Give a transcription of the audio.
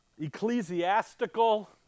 ecclesiastical